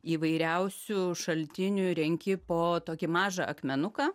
įvairiausių šaltinių renki po tokį mažą akmenuką